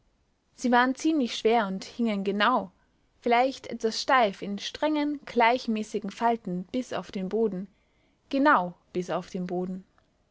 sie waren ziemlich schwer und hingen genau vielleicht etwas steif in strengen gleichmäßigen falten bis auf den boden genau bis auf den boden